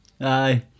Aye